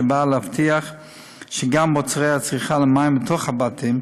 שבא להבטיח שגם מוצרי הצריכה למים בתוך הבתים,